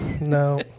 no